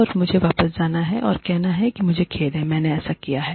और मुझे वापस जाना है और कहना है मुझे खेद है मैंने ऐसा किया है